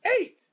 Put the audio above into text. eight